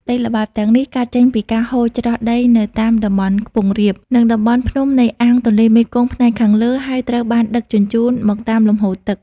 ដីល្បាប់ទាំងនេះកើតចេញពីការហូរច្រោះដីនៅតាមតំបន់ខ្ពង់រាប និងតំបន់ភ្នំនៃអាងទន្លេមេគង្គផ្នែកខាងលើ ហើយត្រូវបានដឹកជញ្ជូនមកតាមលំហូរទឹក។